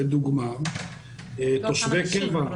לדוגמה תושבי קבע,